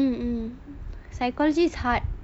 mm mm psychology is hard